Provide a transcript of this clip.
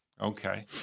Okay